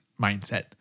mindset